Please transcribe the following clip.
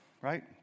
right